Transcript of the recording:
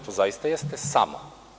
To zaista jeste samo.